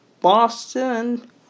Boston